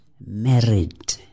married